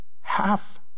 half